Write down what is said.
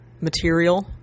material